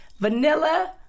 vanilla